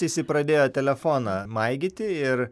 jisai pradėjo telefoną maigyti ir